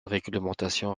réglementation